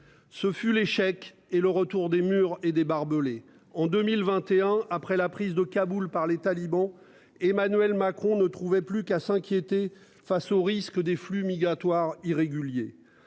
Ce fut l'échec et le retour des murs et des barbelés en 2021 après la prise de Kaboul par les talibans. Emmanuel Macron ne trouvait plus qu'à s'inquiéter face au risque des flux migratoires irréguliers.